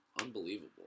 Unbelievable